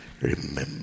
remember